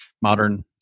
modern